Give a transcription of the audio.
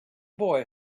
boy